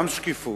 גם שקיפות,